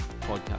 Podcast